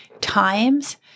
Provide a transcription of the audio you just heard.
times